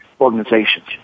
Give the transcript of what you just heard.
organizations